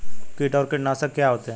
कीट और कीटनाशक क्या होते हैं?